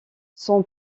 son